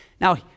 Now